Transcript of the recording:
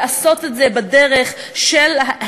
לעשות את זה בדרך האטית.